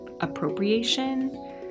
appropriation